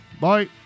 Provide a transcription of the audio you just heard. Bye